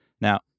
Now